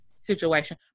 situation